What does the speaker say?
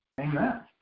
Amen